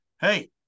Hey